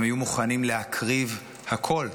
והם היו מוכנים להקריב הכול,